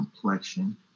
complexion